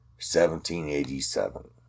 1787